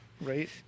right